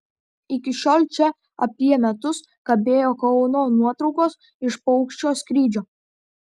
iki šiol čia apie metus kabėjo kauno nuotraukos iš paukščio skrydžio